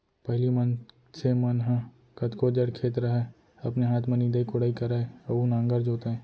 पहिली मनसे मन ह कतको जड़ खेत रहय अपने हाथ में निंदई कोड़ई करय अउ नांगर जोतय